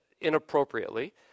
inappropriately